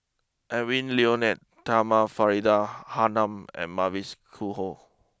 Edwy Lyonet Talma Faridah Hanum and Mavis Khoo Oei